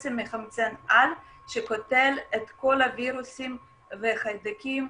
בעצם מחמצן על שקוטל את כל הווירוסים והחיידקים,